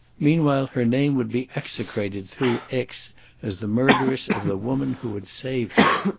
meanwhile her name would be execrated through aix as the murderess of the woman who had saved her.